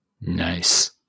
Nice